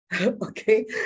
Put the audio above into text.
Okay